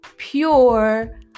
Pure